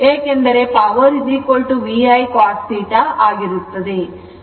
ಏಕೆಂದರೆ power VI cos θ ಆಗಿರುತ್ತದೆ